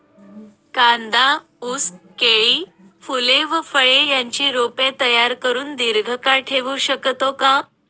कांदा, ऊस, केळी, फूले व फळे यांची रोपे तयार करुन दिर्घकाळ ठेवू शकतो का?